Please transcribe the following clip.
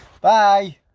Bye